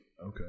Okay